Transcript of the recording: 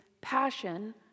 passion